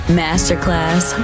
masterclass